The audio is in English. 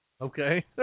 Okay